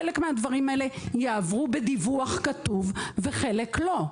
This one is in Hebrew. חלק מהדברים האלה יעברו בדיווח כתוב וחלק לא.